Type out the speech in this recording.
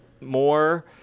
more